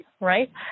right